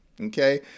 Okay